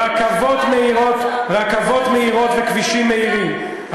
רכבות מהירות וכבישים מהירים.